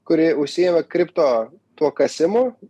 kuri užsiima kripto tuo kasimu